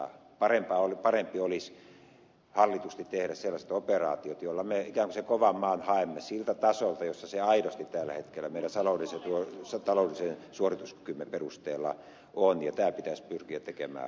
parempi olisi hallitusti tehdä sellaiset operaatiot joilla me ikään kuin sen kovan maan haemme siltä tasolta jolla se aidosti tällä hetkellä meidän taloudellisen suorituskykymme perusteella on ja tämä pitäisi pyrkiä tekemään mahdollisimman hallitusti